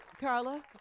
Carla